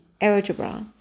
algebra